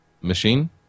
machine